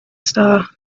star